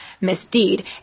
misdeed